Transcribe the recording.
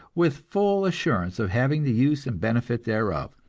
with full assurance of having the use and benefit thereof,